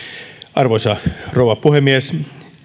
arvoisa rouva puhemies